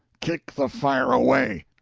kick the fire away.